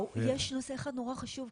יש נושא אחד נורא חשוב,